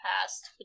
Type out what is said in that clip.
past